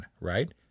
right